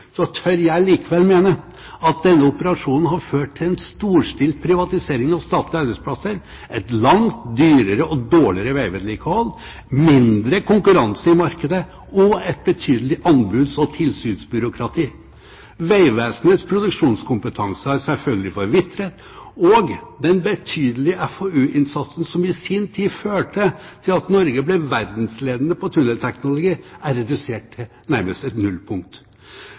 tør jeg likevel mene at denne operasjonen har ført til en storstilt privatisering av statlige arbeidsplasser, et langt dyrere og dårligere veivedlikehold, mindre konkurranse i markedet og et betydelig anbuds- og tilsynsbyråkrati. Vegvesenets produksjonskompetanse har selvfølgelig forvitret, og den betydelige FoU-innsatsen som i sin tid førte til at Norge ble verdensledende på tunnelteknologi, er redusert til nærmest et nullpunkt.